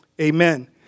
Amen